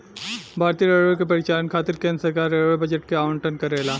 भारतीय रेलवे के परिचालन खातिर केंद्र सरकार रेलवे बजट के आवंटन करेला